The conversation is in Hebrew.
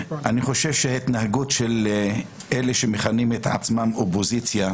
אני חושב שההתנהגות של אלה שמכנים את עצמם אופוזיציה,